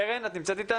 קרן, את אתנו?